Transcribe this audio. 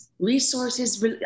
Resources